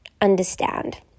understand